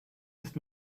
ist